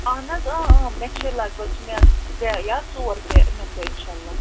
اہن حظ اۭں اۭں مےٚ چھِ لَگ بھگ چھِ مےٚ ترٛےٚ یا ژور نِمہٕ بہٕ اِنشاء اللہ